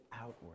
outward